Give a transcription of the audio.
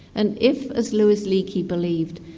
and if, as louis leakey believed,